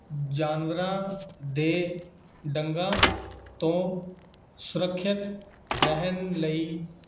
ਜਾਨਵਰਾਂ ਦੇ ਡੰਗਾਂ ਤੋਂ ਸੁਰੱਖਿਅਤ ਰਹਿਣ ਲਈ